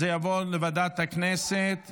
(רזרבה לכיסוי הוצאות),